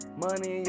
money